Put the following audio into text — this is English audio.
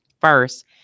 first